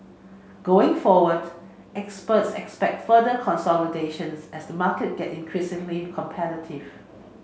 going forward experts expect further consolidations as the market get increasingly competitive